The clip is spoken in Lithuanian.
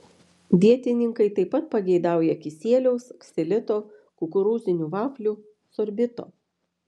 dietininkai taip pat pageidauja kisieliaus ksilito kukurūzinių vaflių sorbito